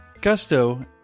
Gusto